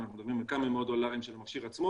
אנחנו מדברים על כמה מאות דולרים של המכשיר עצמו,